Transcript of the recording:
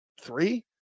three